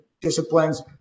disciplines